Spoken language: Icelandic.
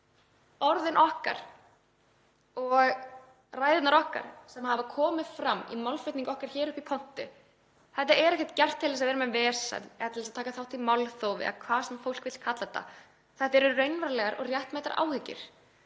Orðin okkar og ræðurnar okkar sem hafa komið fram í málflutningi okkar hér upp í pontu — þetta er ekkert gert til að vera með vesen, til að taka þátt í málþófi eða hvað sem fólk vill kalla þetta, þetta eru raunverulegar og réttmætar áhyggjur.